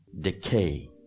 decay